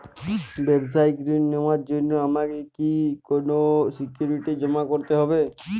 ব্যাবসায়িক ঋণ নেওয়ার জন্য আমাকে কি কোনো সিকিউরিটি জমা করতে হবে?